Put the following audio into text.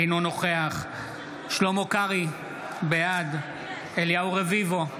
אינו נוכח שלמה קרעי, בעד אליהו רביבו,